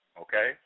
okay